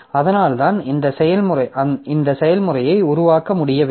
அதனால்தான் இந்த செயல்முறையை உருவாக்க முடியவில்லை